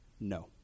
no